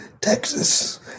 Texas